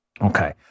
Okay